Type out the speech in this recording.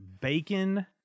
bacon